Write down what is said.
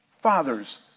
Fathers